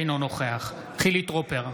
אינו נוכח חילי טרופר,